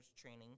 training